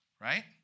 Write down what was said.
right